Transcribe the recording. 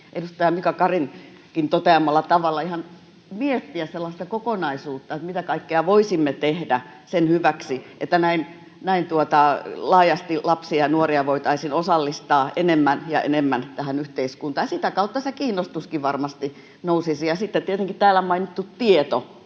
edustaja Mika Karinkin toteamalla tavalla ihan miettiä sellaista kokonaisuutta, mitä kaikkea voisimme tehdä sen hyväksi, että laajasti lapsia ja nuoria voitaisiin osallistaa enemmän ja enemmän tähän yhteiskuntaan. Sitä kautta se kiinnostuskin varmasti nousisi. Ja sitten on tietenkin täällä mainittu tieto.